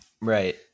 right